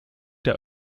der